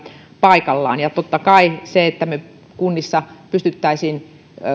paikallaan ja totta kai se että me kunnissa pystyisimme